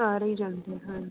ਸਾਰੇ ਹੀ ਜਾਂਦੇ ਹਾਂਜੀ